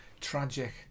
Tragic